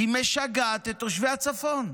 היא משגעת את תושבי הצפון.